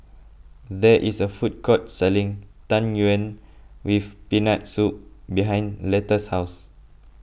there is a food court selling Tang Yuen with Peanut Soup behind Letta's house